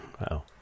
Wow